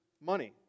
money